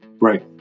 Right